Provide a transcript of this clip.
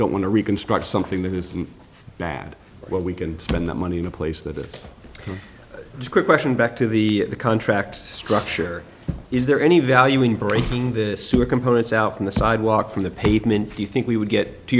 don't want to reconstruct something that is bad well we can spend that money in a place that it's quick question back to the contracts structure is there any value in breaking the sewer components out from the sidewalk from the pavement do you think we would get to